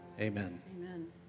amen